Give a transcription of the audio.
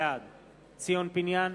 בעד ציון פיניאן,